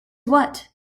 what